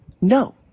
no